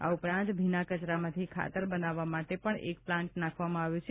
આ ઉપરાંત ભીના કચરામાંથી ખાતર બનાવવા માટે પણ એક પ્લાન્ટ નાંખવામાં આવ્યો છે